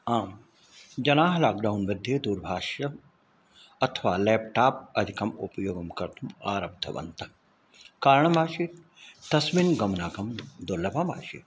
आम् जनाः लाक्डौन्मध्ये दूरभाषायाः अथवा लेप्टाप् अधिकम् उपयोगं कर्तुम् आरब्धवन्तः कारणमासीत् तस्मिन् गमनागमनं दुर्लभमासीत्